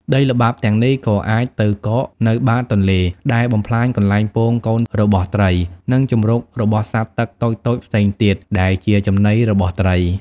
ដីល្បាប់ទាំងនេះក៏អាចទៅកកនៅបាតទន្លេ ដែលបំផ្លាញកន្លែងពងកូនរបស់ត្រី និងជម្រករបស់សត្វទឹកតូចៗផ្សេងទៀត ដែលជាចំណីរបស់ត្រី។